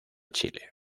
chile